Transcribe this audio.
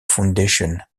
foundation